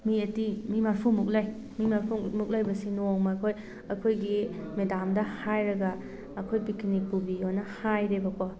ꯃꯤ ꯑꯩꯠꯇꯤ ꯃꯤ ꯃꯔꯨꯃꯨꯛ ꯂꯩ ꯃꯤ ꯃꯔꯐꯨꯃꯨꯛ ꯂꯩꯕꯁꯤ ꯅꯣꯡꯃ ꯑꯩꯈꯣꯏ ꯑꯩꯈꯣꯏꯒꯤ ꯃꯦꯗꯥꯝꯗ ꯍꯥꯏꯔꯒ ꯑꯩꯈꯣꯏ ꯄꯤꯛꯀꯤꯅꯤꯛ ꯄꯨꯕꯤꯌꯣꯅ ꯍꯥꯏꯔꯦꯕꯀꯣ